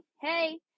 Hey